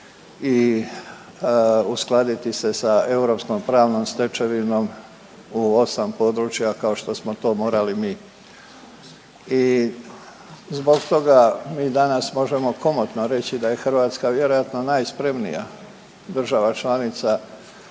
i uskladiti se sa europskom pravnom stečevinom u 8 područja kao što smo to morali mi. I zbog toga mi danas možemo komotno reći da je Hrvatska vjerojatno najspremnija država članica